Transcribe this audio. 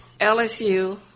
LSU